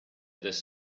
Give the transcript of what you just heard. this